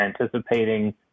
anticipating